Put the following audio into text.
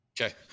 Okay